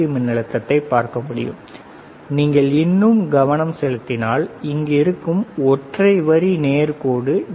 மின்னழுத்தத்தை பார்க்க முடியும் நீங்கள் இன்னும் கவனம் செலுத்தினால் இங்கு இருக்கும் ஒற்றை வரி நேர் கோடு டி